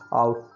out